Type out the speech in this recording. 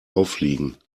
auffliegen